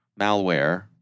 malware –